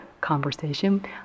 conversation